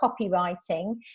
copywriting